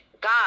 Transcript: god